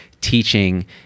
teaching